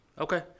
okay